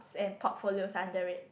and portfolio underrated